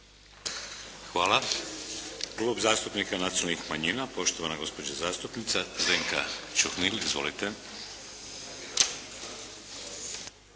Hvala. Klub zastupnika Nacionalnih manjina, poštovana gospođa zastupnica Zdenka Čuhnil. Izvolite.